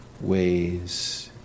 ways